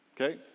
Okay